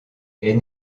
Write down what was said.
est